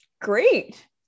great